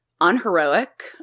unheroic